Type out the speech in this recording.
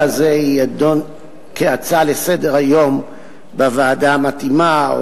הזה יידון כהצעה לסדר-היום בוועדה המתאימה,